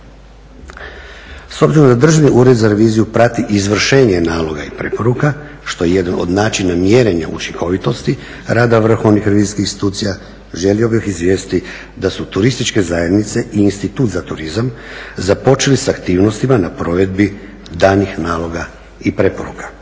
S obzirom da Državni ured za reviziju prati izvršenje naloga i preporuka što je jedan od načina mjerenja učinkovitosti rada vrhovnih revizijskih institucija želio bih izvijestiti da su turističke zajednice i Institut za turizam započeli sa aktivnostima na provedbi danih naloga i preporuka.